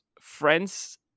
friends